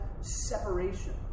separation